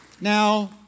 Now